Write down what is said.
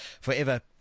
Forever